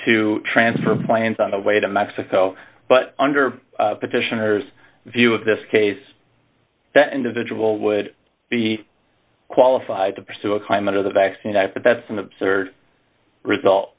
to transfer plans on the way to mexico but under petitioner's view of this case that individual would be qualified to pursue a climate of the vaccine i think that's an absurd result